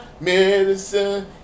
medicine